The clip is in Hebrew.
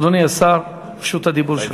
אדוני השר, רשות הדיבור שלך.